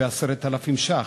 היא 10,000 ש"ח,